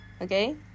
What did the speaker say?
Okay